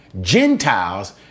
Gentiles